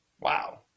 Wow